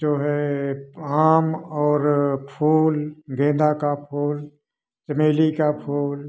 जो है आम और फूल गेंदा का फूल चमेली का फूल